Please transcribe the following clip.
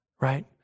right